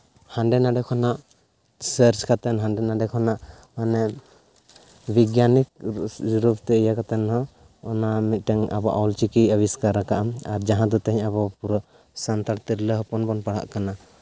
ᱦᱟᱰᱮᱼᱱᱷᱟᱰᱮ ᱠᱷᱚᱱᱟᱜ ᱥᱟᱨᱪ ᱠᱟᱛᱮ ᱦᱟᱰᱮᱼᱱᱷᱟᱰᱮ ᱠᱷᱚᱱᱟᱜ ᱚᱱᱮ ᱵᱤᱜᱽᱜᱟᱱᱤᱠ ᱨᱩᱯᱛᱮ ᱤᱭᱟᱹ ᱠᱟᱛᱮ ᱦᱟᱸᱜ ᱚᱱᱟ ᱢᱤᱫᱴᱟᱹᱝ ᱟᱵᱚᱣᱟᱜ ᱚᱞ ᱪᱤᱠᱤᱭ ᱟᱹᱵᱤᱥᱠᱟᱨᱟᱠᱟᱜᱼᱟᱭ ᱟᱨ ᱡᱟᱦᱟᱸ ᱫᱚ ᱛᱮᱦᱮᱧ ᱟᱵᱚ ᱯᱩᱨᱟᱹ ᱥᱟᱱᱛᱟᱲ ᱛᱤᱨᱞᱟᱹ ᱦᱚᱯᱚᱱ ᱵᱚᱱ ᱯᱟᱲᱦᱟᱜ ᱠᱟᱱᱟ